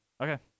Okay